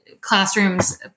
classrooms